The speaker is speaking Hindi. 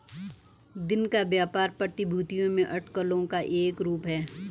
दिन का व्यापार प्रतिभूतियों में अटकलों का एक रूप है